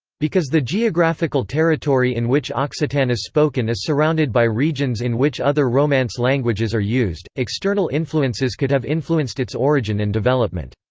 because the geographical territory in which occitan is spoken is surrounded by regions in which other romance languages are used, external influences could have influenced its origin and development.